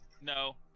No